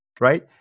right